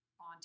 on